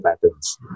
patterns